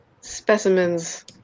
specimens